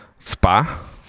Spa